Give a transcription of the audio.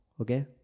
Okay